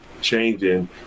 changing